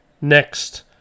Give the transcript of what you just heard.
Next